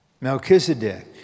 Melchizedek